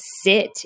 sit